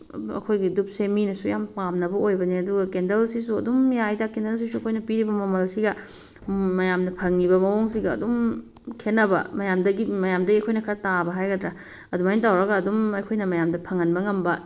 ꯑꯩꯈꯣꯏꯒꯤ ꯗꯨꯛꯁꯦ ꯃꯤꯅꯁꯨ ꯌꯥꯝ ꯄꯥꯝꯅꯕ ꯑꯣꯏꯕꯅꯦ ꯑꯗꯨꯒ ꯀꯦꯟꯗꯜꯁꯤꯁꯨ ꯑꯗꯨꯝ ꯌꯥꯏꯗ ꯀꯦꯟꯗꯜꯁꯤꯁꯨ ꯑꯩꯈꯣꯏꯅ ꯄꯤꯔꯤꯕ ꯃꯃꯜꯁꯤꯒ ꯃꯌꯥꯝꯅ ꯐꯪꯉꯤꯕ ꯃꯑꯣꯡꯁꯤꯒ ꯑꯗꯨꯝ ꯈꯦꯠꯅꯕ ꯃꯌꯥꯝꯗꯒꯤ ꯃꯌꯥꯝꯗꯒꯤ ꯑꯩꯈꯣꯏꯅ ꯈꯔ ꯇꯥꯕ ꯍꯥꯏꯒꯗ꯭ꯔꯥ ꯑꯗꯨꯃꯥꯏꯅ ꯇꯧꯔꯒ ꯑꯗꯨꯝ ꯑꯩꯈꯣꯏꯅ ꯃꯌꯥꯝꯗ ꯐꯪꯍꯟꯕ ꯉꯝꯕ